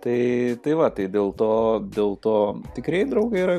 tai tai va tai dėl to dėl to tikri draugai yra